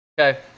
Okay